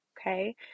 okay